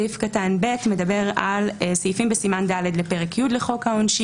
סעיף קטן (ב) מדבר על סעיפים בסימן ד' לחוק העונשין.